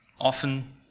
often